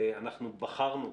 אנחנו בחרנו,